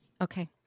Okay